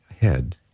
head